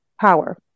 power